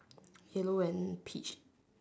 yellow and peach